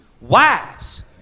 Wives